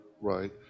Right